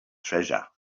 treasure